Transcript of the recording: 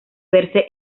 verse